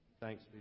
Thanks